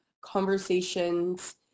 conversations